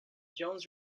jones